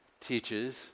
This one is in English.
teaches